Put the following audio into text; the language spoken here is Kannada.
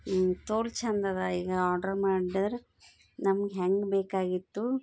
ಥೋಲ್ ಛಂದದ ಈಗ ಆಡ್ರ್ ಮಾಡಿದ್ರೆ ನಮ್ಗೆ ಹೆಂಗೆ ಬೇಕಾಗಿತ್ತು